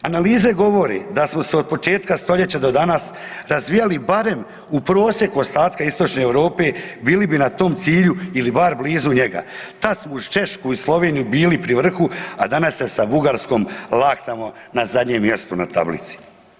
Analize govore da smo se od početka stoljeća do danas razvijali barem u prosjeku ostatka Istočne Europe bili bi na tom cilju ili bar blizu njega, tad uz Češku i Sloveniju bili pri vrhu, a danas se sa Bugarskom laktamo na zadnjem mjestu na tablici.